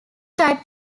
type